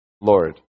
Lord